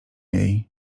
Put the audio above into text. jej